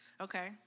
Okay